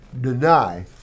deny